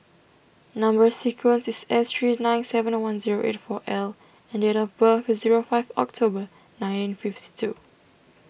Number Sequence is S three nine seven nine one zero eight four L and date of birth is zero five October nineteen fifty two